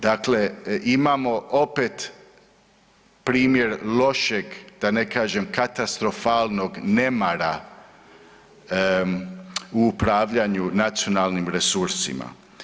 Dakle, imamo opet primjer lošeg da ne kažem katastrofalnog nemara u upravljanju nacionalnim resursima.